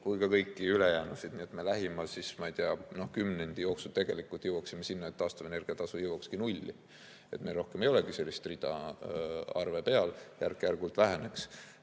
kui ka kõiki ülejäänuid, nii et me lähima, ma ei tea, kümnendi jooksul tegelikult jõuaksime sinna, et taastuvenergia tasu jõuakski nulli, nii et meil rohkem ei olekski sellist rida arve peal, see väheneks